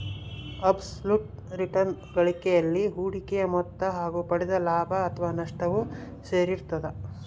abs ಲುಟ್ return ಗಳಿಕೆಯಲ್ಲಿ ಹೂಡಿಕೆಯ ಮೊತ್ತ ಹಾಗು ಪಡೆದ ಲಾಭ ಅಥಾವ ನಷ್ಟವು ಸೇರಿರ್ತದ